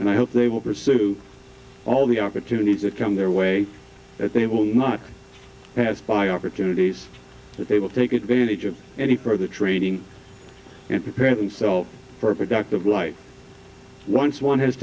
and i hope they will pursue all the opportunities that come their way that they will not pass by opportunities that they will take advantage of any further training and prepare themselves for a productive life once one has